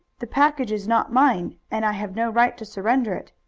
the package is not mine, and i have no right to surrender it,